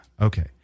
Okay